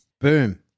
boom